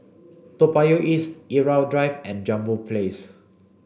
Toa Payoh East Irau Drive and Jambol Place